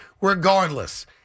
regardless